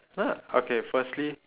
ya okay firstly